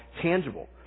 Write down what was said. tangible